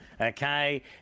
Okay